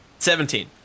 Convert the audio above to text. Seventeen